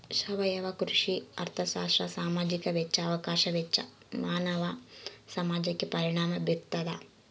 ಸಾವಯವ ಕೃಷಿ ಅರ್ಥಶಾಸ್ತ್ರ ಸಾಮಾಜಿಕ ವೆಚ್ಚ ಅವಕಾಶ ವೆಚ್ಚ ಮಾನವ ಸಮಾಜಕ್ಕೆ ಪರಿಣಾಮ ಬೀರ್ತಾದ